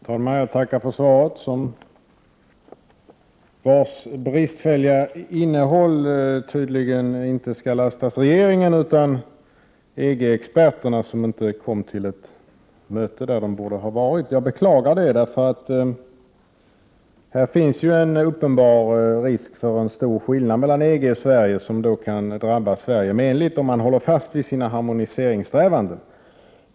Herr talman! Jag tackar för svaret, för vars bristfälliga innehåll man tydligen inte skall lasta regeringen utan EG-experterna, som inte kom till ett möte där de borde ha varit. Jag beklagar det. Här finns en uppenbar risk för en stor skillnad mellan EG och Sverige som kan drabba Sverige menligt, om man håller fast vid sina harmoniseringssträvanden.